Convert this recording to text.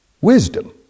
wisdom